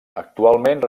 actualment